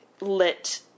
lit